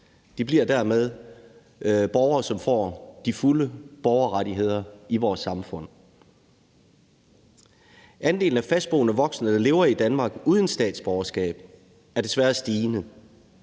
De bliver dermed borgere, som får de fulde borgerrettigheder i vores samfund. Andelen af fastboende voksne, der lever i Danmark uden statsborgerskab, er desværre stigende.